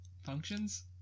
functions